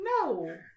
No